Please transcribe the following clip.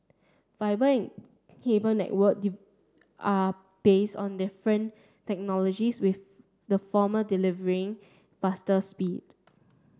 fibre and cable network are base on different technologies with the former delivering faster speed